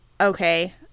okay